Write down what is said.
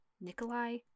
Nikolai